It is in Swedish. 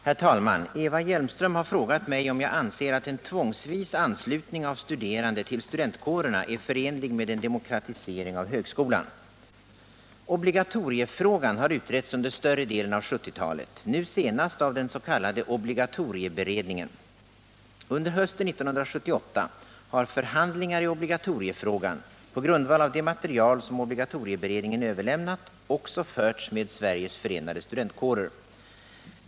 Herr talman! Eva Hjelmström har frågat mig om jag anser att en tvångsvis anslutning av studerande till studentkårerna är förenlig med en demokratisering av högskolan. Obligatoriefrågan har utretts under större delen av 1970-talet, nu senast av den s.k. obligatorieberedningen. Under hösten 1978 har förhandlingar i obligatoriefrågan, på grundval av det material som obligatorieberedningen överlämnat, också förts med Sveriges förenade studentkårer.